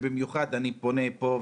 ובמיוחד אני פונה פה,